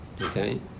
Okay